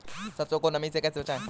सरसो को नमी से कैसे बचाएं?